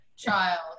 child